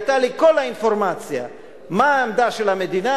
היתה לי כל האינפורמציה: מה העמדה של המדינה,